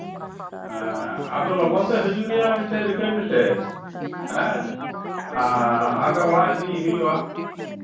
ᱦᱮᱸ ᱟᱫᱚ ᱞᱚᱜᱚᱱ ᱛᱮ ᱦᱤᱡᱩᱜ ᱨᱮᱭᱟᱜ ᱢᱤᱫᱴᱮᱱ ᱨᱤᱠᱟᱹᱭ ᱢᱮᱥᱮ ᱦᱮᱸ ᱟᱨ ᱵᱟᱝᱠᱷᱟᱱ ᱚᱲᱟᱜ ᱤᱫᱤᱭᱮ ᱦᱩᱭᱩᱜᱼᱟ